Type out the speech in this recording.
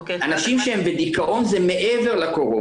אנשים שהם בדיכאון זה מעבר לקורונה.